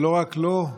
ולא רק לו,